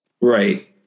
Right